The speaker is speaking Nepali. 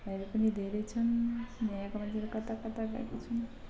हरू पनि धेरै छन् यहाँका मान्छेहरू कता कता गएका छन्